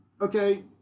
okay